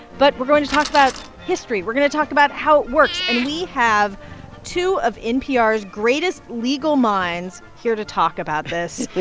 but we're going to talk about history. we're going to talk about how it works. and we have two of npr's greatest legal minds here to talk about this